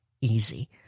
easy